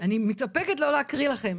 אני מתאפקת לא להקריא לכם,